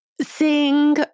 sing